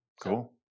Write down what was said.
Cool